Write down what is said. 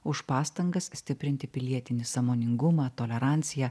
už pastangas stiprinti pilietinį sąmoningumą toleranciją